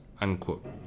unquote